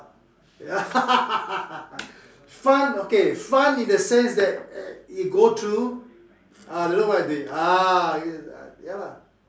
yup fun okay fun in the sense that you go through ah don't know what is it ah ya lah